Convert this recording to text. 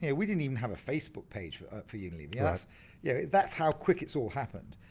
yeah we didn't even have a facebook page for um for unilever. yeah yeah that's how quick it's all happened.